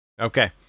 Okay